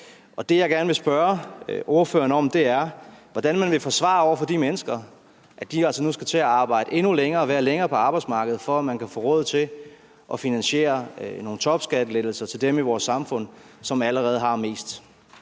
Det, jeg gerne vil spørge ordføreren om, er, hvordan man vil forsvare over for de mennesker, at de altså nu skal til at være længere på arbejdsmarkedet, for at man kan få råd til at finansiere nogle topskattelettelser til dem i vores samfund, som allerede har mest.